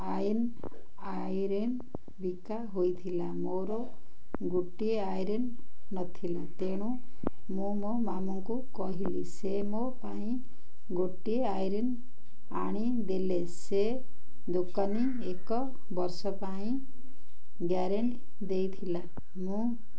ଆଇନ ଆଇରନ୍ ବିକା ହୋଇଥିଲା ମୋର ଗୋଟିଏ ଆଇରନ୍ ନଥିଲା ତେଣୁ ମୁଁ ମୋ ମାମୁଁଙ୍କୁ କହିଲି ସେ ମୋ ପାଇଁ ଗୋଟିଏ ଆଇରନ୍ ଆଣିଦେଲେ ସେ ଦୋକାନୀ ଏକ ବର୍ଷ ପାଇଁ ଗ୍ୟାରେଣ୍ଟି ଦେଇଥିଲା ମୁଁ